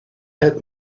had